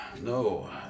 no